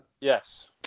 Yes